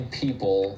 people